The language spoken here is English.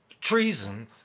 treason